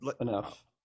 enough